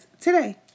today